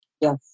Yes